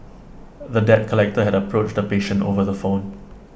the debt collector had approached the patient over the phone